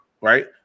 right